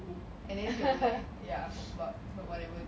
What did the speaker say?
but she talk to herself though it's not like conversation